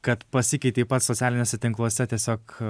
kad pasikeitei pats socialiniuose tinkluose tiesiog